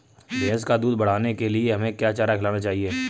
भैंस का दूध बढ़ाने के लिए हमें क्या चारा खिलाना चाहिए?